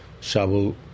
shovel